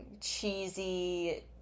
cheesy